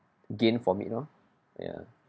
gain from it loh ya